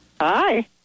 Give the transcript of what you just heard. Hi